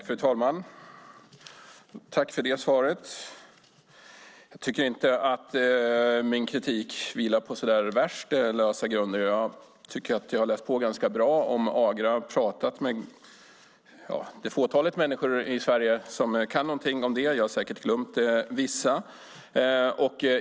Fru talman! Tack för det svaret! Jag tycker inte att min kritik vilar på så värst lösa grunder. Jag har läst på ganska bra om Agra och talat med det fåtalet människor i Sverige som kan någonting om det. Jag har säkert glömt vissa.